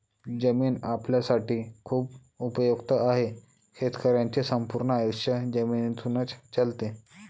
जमीन आपल्यासाठी खूप उपयुक्त आहे, शेतकऱ्यांचे संपूर्ण आयुष्य जमिनीतूनच चालते